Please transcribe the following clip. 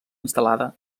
instal·lada